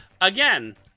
Again